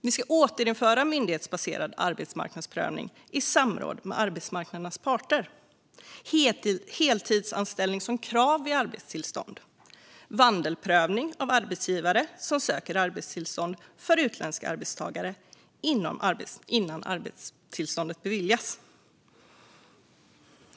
Vi ska återinföra myndighetsbaserad arbetsmarknadsprövning i samråd med arbetsmarknadens parter, heltidsanställning som krav för arbetstillstånd och vandelsprövning av arbetsgivare som söker arbetstillstånd för utländska arbetstagare innan arbetstillståndet beviljas.